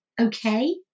okay